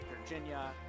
Virginia